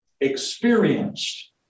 experienced